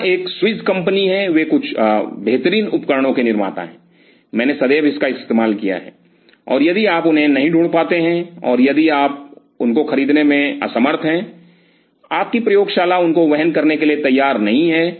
यह एक Swiss company है वे कुछ बेहतरीन उपकरणों के निर्माता हैं मैंने सदैव इसका इस्तेमाल किया है और यदि आप उन्हें नहीं ढूंढ पाते हैं और यदि आप उनको खरीदने में असमर्थ हैं आपकी प्रयोगशाला उनको वहन करने के लिए तैयार नहीं है